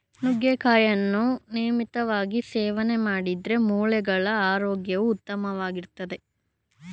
ನುಗ್ಗೆಕಾಯಿಯನ್ನು ನಿಯಮಿತವಾಗಿ ಸೇವನೆ ಮಾಡಿದ್ರೆ ಮೂಳೆಗಳ ಆರೋಗ್ಯವು ಉತ್ತಮವಾಗಿರ್ತದೆ